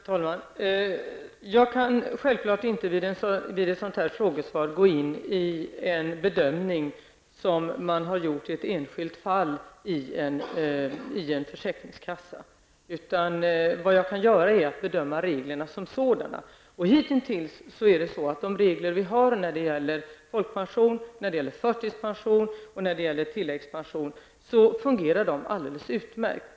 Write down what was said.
Herr talman! Jag kan självfallet inte i ett frågesvar gå in på en bedömning som en försäkringskassa har gjort i ett enskilt fall. Vad jag kan göra är att bedöma reglerna som sådana. Hitintills har de regler som gäller folkpension, förtidspension och tilläggspension fungerat alldeles utmärkt.